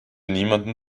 niemandem